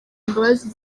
mbabazi